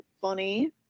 funny